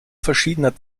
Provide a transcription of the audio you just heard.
verschiedener